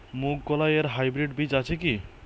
মুগকলাই এর হাইব্রিড বীজ আছে কি?